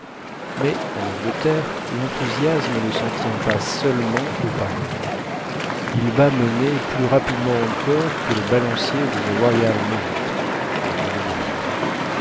mais en angleterre l'enthousiasme ne s'en tient pas seulement aux paroles il bat monnaie plus rapidement encore que le balancier de the royal mint